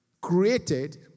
created